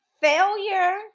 Failure